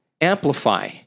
Amplify